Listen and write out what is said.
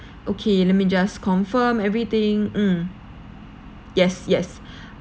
okay let me just confirm everything mm yes yes